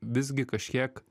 visgi kažkiek